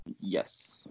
Yes